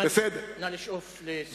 נא לשאוף לסיום.